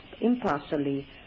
impartially